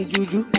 Juju